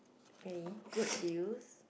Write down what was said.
really good deals